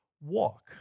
walk